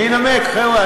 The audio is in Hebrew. אני אנמק, חבר'ה.